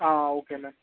okay ma'am